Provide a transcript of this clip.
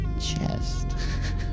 chest